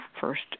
first